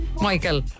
Michael